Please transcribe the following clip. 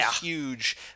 huge